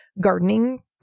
gardening